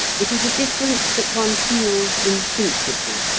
it is a difference that one feels instinctively.